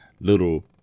little